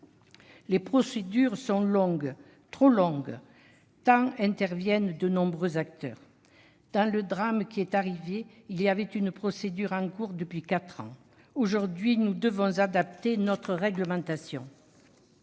les procédures sont longues, trop longues, tant interviennent de nombreux acteurs. Dans le drame qui est arrivé, il y avait une procédure en cours depuis quatre ans. Aujourd'hui, nous devons adapter notre réglementation.